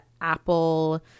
apple